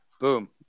boom